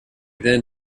then